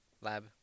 lab